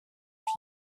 fils